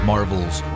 Marvel's